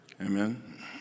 Amen